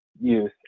youth